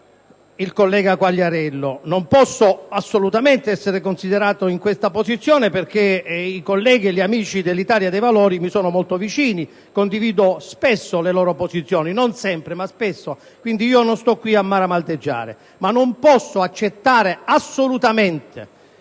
il collega Quagliariello. Non posso assolutamente essere considerato in questa posizione, perché i colleghi e gli amici dell'Italia dei Valori mi sono molto vicini; condivido spesso le loro posizioni, non sempre, ma - ripeto - spesso. Quindi, non sto qui a maramaldeggiare; ma non posso accettare assolutamente